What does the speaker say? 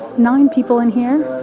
nine people in here,